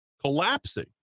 collapsing